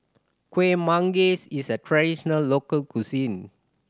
Kuih Manggis is a traditional local cuisine